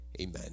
Amen